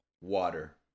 water